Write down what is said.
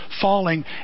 falling